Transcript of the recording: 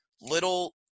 little